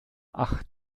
ach